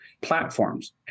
platforms